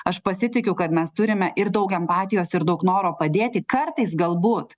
aš pasitikiu kad mes turime ir daug empatijos ir daug noro padėti kartais galbūt